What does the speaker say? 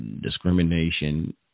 discrimination